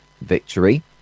victory